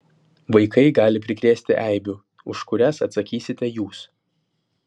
vaikai gali prikrėsti eibių už kurias atsakysite jūs